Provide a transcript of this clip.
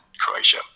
Croatia